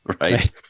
Right